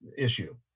issue